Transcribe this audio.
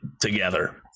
together